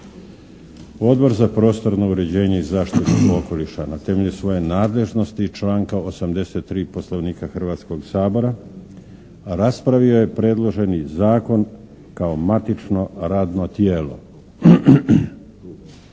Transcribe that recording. Odbor za prostorno uređenje i zaštitu okoliša na temelju svoje nadležnosti iz članka 83. Poslovnika Hrvatskog sabora raspravio je predloženi Zakon kao matično radno tijelo.